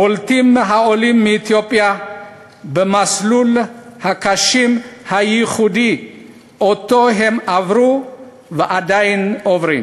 בולטים העולים מאתיופיה במסלול הקשה והייחודי שהם עברו ועדיין עוברים.